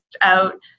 out